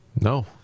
No